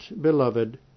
beloved